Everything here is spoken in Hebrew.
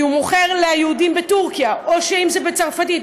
כי הוא מוכר ליהודים בטורקיה, או בצרפתית.